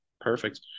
Perfect